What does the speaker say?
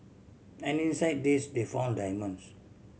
and inside this they found diamonds